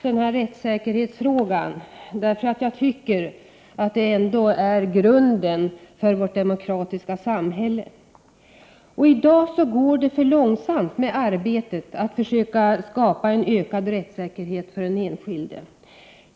Jag vill emellertid ta upp frågan om rättssäkerheten. Jag anser att den ändå utgör grunden för vårt demokratiska samhälle. Det går i dag för långsamt med arbetet att försöka skapa en ökad rättssäkerhet för den enskilde.